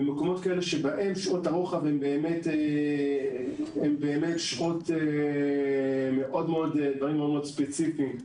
במקומות כאלה שבהן שעות הרוחב הן באמת דברים ספציפיים מאוד.